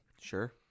Sure